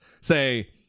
say